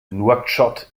nouakchott